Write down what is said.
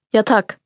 Yatak